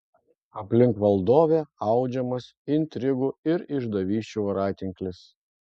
aplink valdovę audžiamas intrigų ir išdavysčių voratinklis